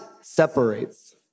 separates